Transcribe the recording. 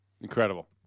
Incredible